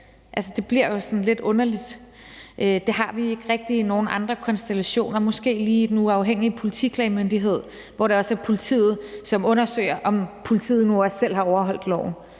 bliver jo i hvert fald sådan lidt underligt. Det har vi ikke rigtig i nogen andre konstellationer, måske lige i Den Uafhængige Politiklagemyndighed, hvor det også er politiet, som undersøger, om politiet nu også selv har overholdt loven.